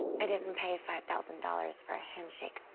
i didn't pay five thousand dollars for a handshake.